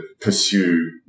pursue